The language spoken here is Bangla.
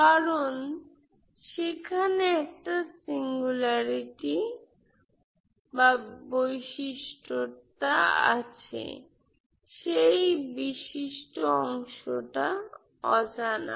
কারণ সেখানে একটা সিঙ্গুলারিটি আছে সেই সিঙ্গুলার অংশটা অজানা